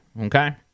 okay